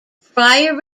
prior